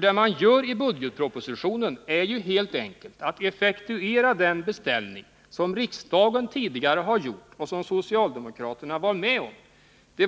Det man göri budgetpropositionen är ju helt enkelt att effektuera den beställning som riksdagen tidigare har gjort och som socialdemokraterna var med om. Det